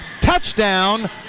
Touchdown